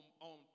on